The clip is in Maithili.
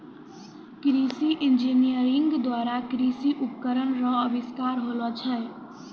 कृषि इंजीनियरिंग द्वारा कृषि उपकरण रो अविष्कार होलो छै